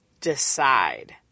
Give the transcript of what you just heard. Decide